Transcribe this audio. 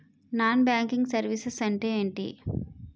Non banking services అంటే ఎంటి?